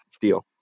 deal